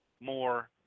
more